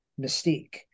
Mystique